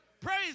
Praise